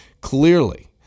Clearly